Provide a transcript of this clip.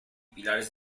pilares